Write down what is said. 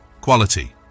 quality